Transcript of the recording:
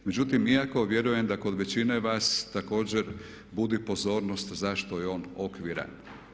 Međutim iako vjerujem da kod većine vas također budi pozornost zašto je on okviran.